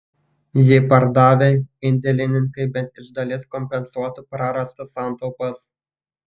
jį pardavę indėlininkai bent iš dalies kompensuotų prarastas santaupas